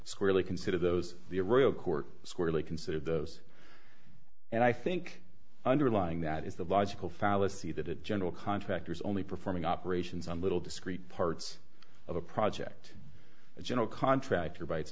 squarely consider those the a royal court squarely consider those and i think underlying that is the logical fallacy that it general contractors only performing operations on little discrete parts of a project a general contractor b